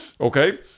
okay